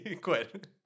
quit